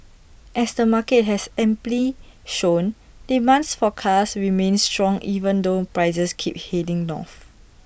as the market has amply shown demands for cars remains strong even though prices keep heading north